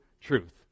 truth